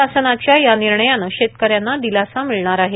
शासनाच्या या निर्णयानं शेतक यांना दिलासा मिळणार आहे